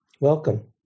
Welcome